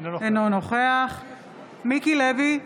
אינו נוכח מיקי לוי,